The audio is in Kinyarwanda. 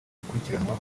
gukurikiranwaho